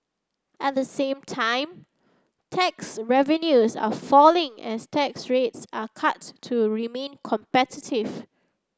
at the same time tax revenues are falling as tax rates are cuts to remain competitive